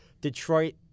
Detroit